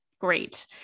Great